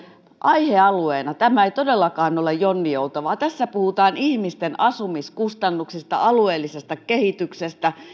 aihealueena tämä ei todellakaan ole jonninjoutava tässä puhutaan ihmisten asumiskustannuksista alueellisesta kehityksestä